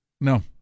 No